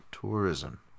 tourism